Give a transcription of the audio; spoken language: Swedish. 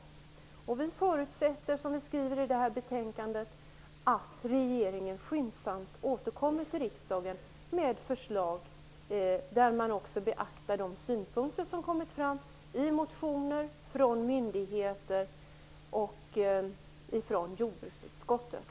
Som vi skriver i betänkandet förutsätter vi att regeringen skyndsamt återkommer till riksdagen med förslag där man också beaktar de synpunkter som kommit fram i motioner och i yttranden från myndigheter och från jordbruksutskottet.